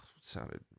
Sounded